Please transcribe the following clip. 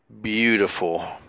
beautiful